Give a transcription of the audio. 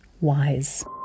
Wise